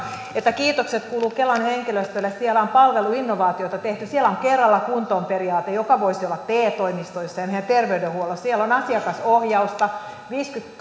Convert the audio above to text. että kiitokset kuuluvat kelan henkilöstölle siellä on palveluinnovaatioita tehty siellä on kerralla kuntoon periaate joka voisi olla te toimistoissa ja meidän terveydenhuollossa siellä on asiakasohjausta viisikymmentäkaksi